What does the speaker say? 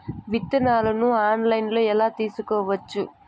విత్తనాలను ఆన్లైన్లో ఎలా తీసుకోవచ్చు